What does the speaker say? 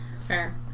Fair